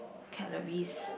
calories